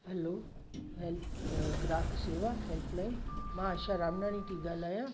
हलो help ग्राहक शेवा helpline मां आशा रामनाणी थी ॻाल्हायां